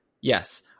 Yes